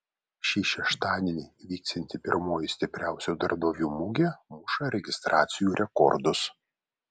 šį šeštadienį vyksianti pirmoji stipriausių darbdavių mugė muša registracijų rekordus